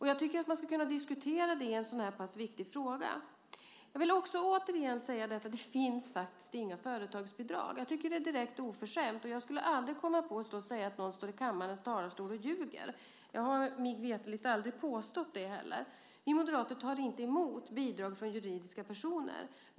Jag tycker att man ska kunna diskutera det i en så här pass viktig fråga. Jag vill återigen säga att det inte finns några företagsbidrag. Jag tycker att detta är direkt oförskämt. Jag skulle aldrig kunna säga att någon står i kammarens talarstol och ljuger. Mig veterligen har jag heller aldrig påstått det. Vi moderater tar inte emot bidrag från juridiska personer.